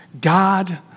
God